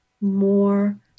more